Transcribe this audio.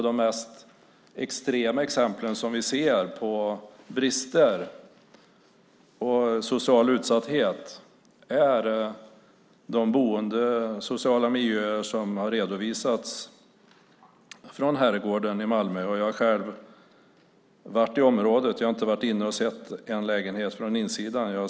De mest extrema exemplen på brister och social utsatthet är de sociala boendemiljöer som redovisats från Herrgården i Malmö. Jag har själv varit i området, men jag har inte sett någon lägenhet från insidan.